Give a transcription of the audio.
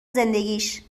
زندگیش